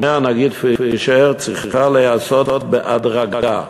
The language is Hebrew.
אומר הנגיד פישר, צריך להיעשות בהדרגה.